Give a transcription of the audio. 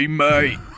mate